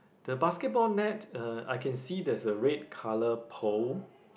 the basketball net uh I can see there's a red color pole